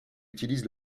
utilise